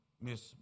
Miss